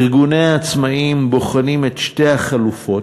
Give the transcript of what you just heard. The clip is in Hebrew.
ארגוני העצמאים בוחנים את שתי החלופות,